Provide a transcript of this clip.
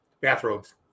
bathrobes